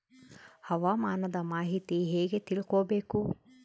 ಹವಾಮಾನದ ಮಾಹಿತಿ ಹೇಗೆ ತಿಳಕೊಬೇಕು?